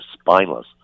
spineless